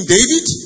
David